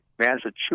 Massachusetts